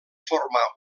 formar